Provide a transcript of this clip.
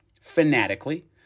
fanatically